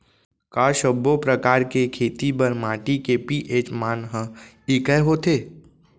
का सब्बो प्रकार के खेती बर माटी के पी.एच मान ह एकै होथे?